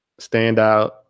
standout